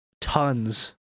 tons